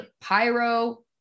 pyro